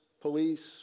police